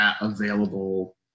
available